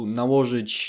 nałożyć